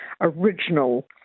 original